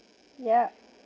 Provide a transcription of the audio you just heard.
yup